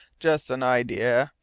just an idea.